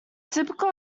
typical